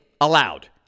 allowed